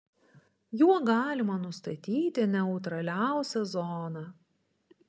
juo galima nustatyti neutraliausią zoną